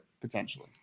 potentially